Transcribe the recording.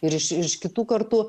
ir iš kitų kartų